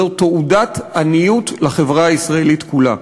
זו תעודת עניות לחברה הישראלית כולה.